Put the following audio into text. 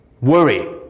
worry